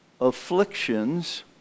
afflictions